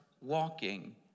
walking